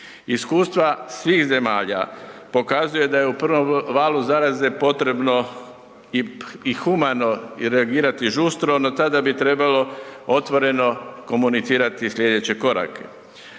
Iskustva svih zemalja pokazuju da je u prvom valu zaraze potrebno i humano i reagirati i žustro, no tada bi trebalo otvoreno komunicirati slijedeće korake.